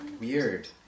weird